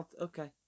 okay